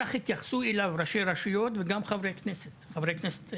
כך התייחסו אליו גם ראשי הרשויות וגם חברי הכנסת הערביים.